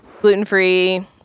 gluten-free